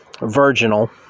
virginal